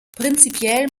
prinzipiell